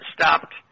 stopped